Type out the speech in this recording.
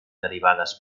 derivades